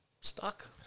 stuck